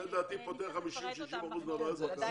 לדעתי זה פותר 60-50 אחוזים מהבעיה.